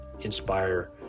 inspire